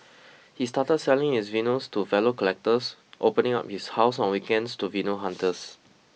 he started selling his vinyls to fellow collectors opening up his house on weekends to vinyl hunters